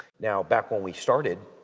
now, back when we started,